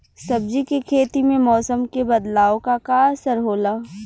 सब्जी के खेती में मौसम के बदलाव क का असर होला?